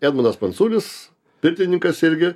edmundas pranculis pirtininkas irgi